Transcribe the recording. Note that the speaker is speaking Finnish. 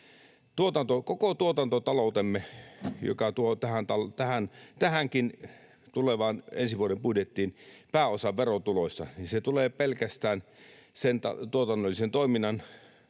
Koko tuotantotaloutemme, joka tuo tähänkin tulevaan, ensi vuoden budjettiin pääosan verotuloista, tulee pelkästään tuotannollisen toiminnan